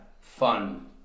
fun